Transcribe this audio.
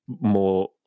more